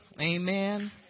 Amen